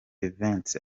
events